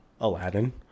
Aladdin